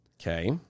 Okay